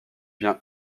bien